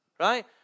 Right